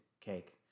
cake